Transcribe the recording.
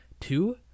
Two